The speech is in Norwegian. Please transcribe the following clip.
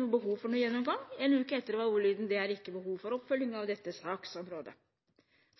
noe behov for gjennomgang. En uke etter var ordlyden: Det er ikke behov for oppfølging av dette saksområdet.